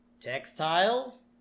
Textiles